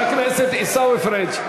חבר הכנסת עיסאווי פריג',